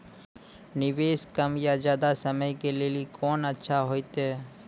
निवेश कम या ज्यादा समय के लेली कोंन अच्छा होइतै?